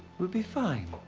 we'll be fine,